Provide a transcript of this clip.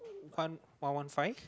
one one one five